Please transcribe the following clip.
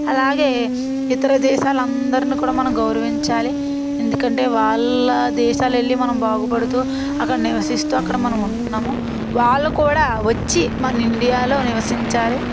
అలాగే ఇతర దేశాలు అందరినీ కూడా మనం గౌరవించాలి ఎందుకంటే వాళ్ళ దేశాలు వెళ్ళి మనం బాగుపడుతూ అక్కడ నివసిస్తూ అక్కడ మనం ఉంటున్నాము వాళ్ళు కూడా వచ్చి మన ఇండియాలో నివసించాలి